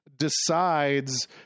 Decides